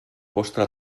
vostre